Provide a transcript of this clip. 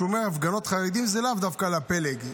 כשהוא אומר הפגנות חרדים זה לאו דווקא הפלג,